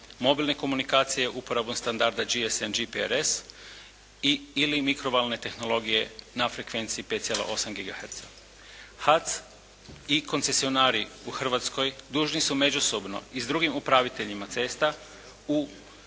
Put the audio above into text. mobilne komunikacije, uporabom standarda GSM, GPRS i/ili mikrovalne tehnologije na frekvenciji 5,8 GHz. Hatz i koncesionari u Hrvatskoj dužni su međusobno i s drugim upraviteljima cesta u